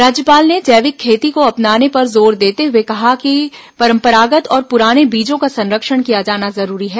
राज्यपाल ने जैविक खेती को अपनाने पर जोर देते हुए कहा कि परम्परागत और पुराने बीजों का संरक्षण किया जाना जरूरी है